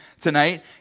tonight